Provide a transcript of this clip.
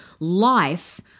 life